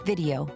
Video